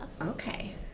Okay